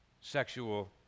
sexual